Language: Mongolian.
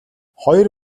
хоёр